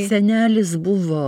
senelis buvo